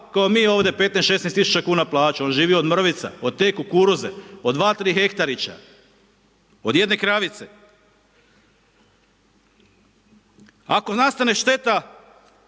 ko mi ovdje 15-est, 16-est tisuća kuna plaće, on živi od mrvica, od te kukuruze, od 2-3 hektarića, od jedne kravice. Ako nastane šteta